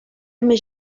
més